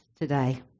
today